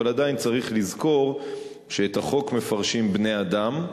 אבל עדיין צריך לזכור שאת החוק מפרשים בני-אדם,